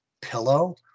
pillow